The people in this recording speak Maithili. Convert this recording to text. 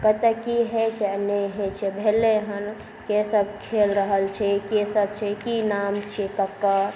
कतऽ की होइ छै आओर नहि होइ छै भेलै हँ के सब खेल रहल छै के सब छै की नाम छिए ककर